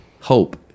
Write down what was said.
hope